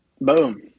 boom